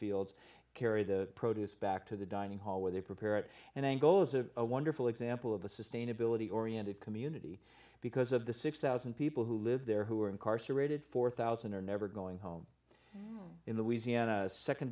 fields carry the produce back to the dining hall where they prepare it and then go as a wonderful example of the sustainability oriented community because of the six thousand people who live there who are incarcerated four thousand are never going home in